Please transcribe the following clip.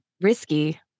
risky